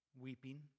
weeping